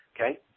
Okay